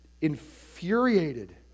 infuriated